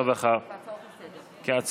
הרווחה והבריאות נתקבלה.